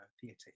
theatre